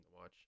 watch